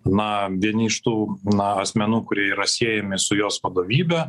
na vieni iš tų na asmenų kurie yra siejami su jos vadovybe